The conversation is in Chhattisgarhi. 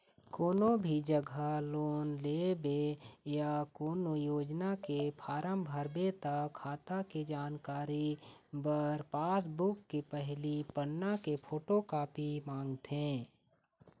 कोनो भी जघा लोन लेबे या कोनो योजना के फारम भरबे त खाता के जानकारी बर पासबूक के पहिली पन्ना के फोटोकापी मांगथे